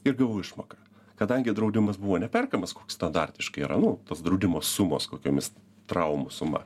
ir gavau išmoką kadangi draudimas buvo neperkamas koks standartiškai yra nu tos draudimo sumos kokiomis traumų suma